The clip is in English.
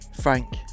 Frank